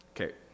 Okay